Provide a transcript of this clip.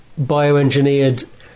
bioengineered